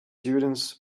students